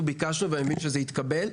אנחנו ביקשנו ואני מאמין שזה יתקבל,